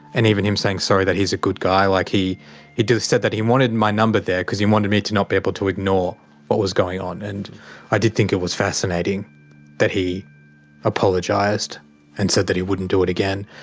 and even him saying sorry that he's a good guy. like he he said that he wanted my number there because he wanted me to not be able to ignore what was going on. and i did think it was fascinating that he apologised and said that he wouldn't do it again.